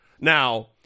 Now